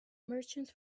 merchants